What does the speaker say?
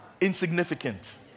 insignificant